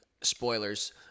Spoilers